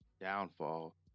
downfall